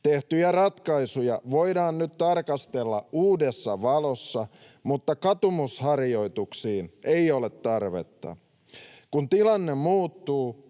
Tehtyjä ratkaisuja voidaan nyt tarkastella uudessa valossa, mutta katumusharjoituksiin ei ole tarvetta. Kun tilanne muuttuu,